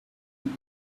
you